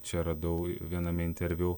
na čia radau viename interviu